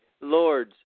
lords